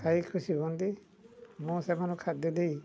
ଖାଇ ଖୁସି ହୁଅନ୍ତି ମୁଁ ସେମାନଙ୍କୁ ଖାଦ୍ୟ ଦେଇ